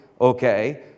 Okay